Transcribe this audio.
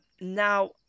Now